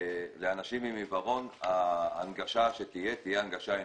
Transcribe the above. שלאנשים עם עיוורון מהשלב הראשון תהיה הנגשה אנושית.